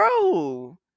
Bro